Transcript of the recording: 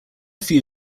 few